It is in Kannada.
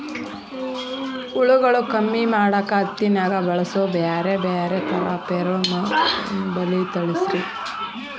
ಹುಳುಗಳು ಕಮ್ಮಿ ಮಾಡಾಕ ಹತ್ತಿನ್ಯಾಗ ಬಳಸು ಬ್ಯಾರೆ ಬ್ಯಾರೆ ತರಾ ಫೆರೋಮೋನ್ ಬಲಿ ತಿಳಸ್ರಿ